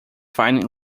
fine